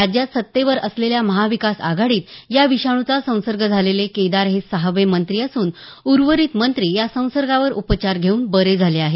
राज्यात सत्तेवर असलेल्या महाविकास आघाडीत या विषाणुचा संसर्ग झालेले केदार हे सहावे मंत्री असून उर्वरित मंत्री या संसर्गावर उपचार घेऊन बरे झाले आहेत